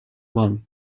ban